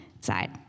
side